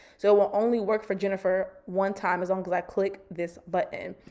so it will only work for jennifer one time, as long as i click this button.